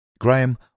Graham